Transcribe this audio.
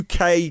UK